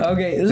Okay